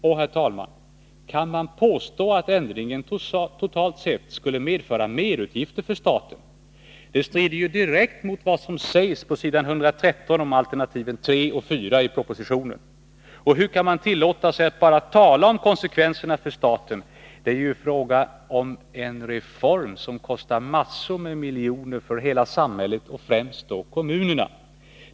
Och, herr talman, kan man påstå att ändringen totalt sett skulle medföra merutgifter för staten? Det strider ju direkt mot vad som sägs på s. 113 om alterntiven 3 och 4 i propositionen. Och hur kan man tillåta sig att bara tala om konsekvenserna för staten? Det är ju en ”reform” som kostar massor med miljoner för hela samhället och främst då kommunerna.